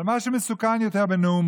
אבל מה שמסוכן יותר בנאומו